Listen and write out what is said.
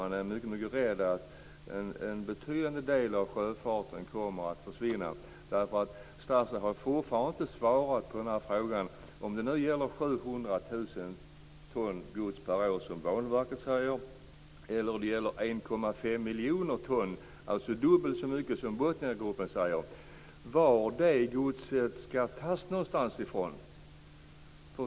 Man är mycket rädd för att en betydande del av sjöfarten kommer att försvinna. Statsrådet har fortfarande inte svarat på min fråga. Gäller det 700 000 ton gods per år, som Banverket säger, eller gäller det 1,5 miljoner ton, dvs. dubbelt så mycket som Botniagruppen säger? Var skall det godset i så fall tas ifrån?